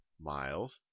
miles